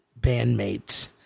bandmates